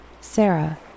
Sarah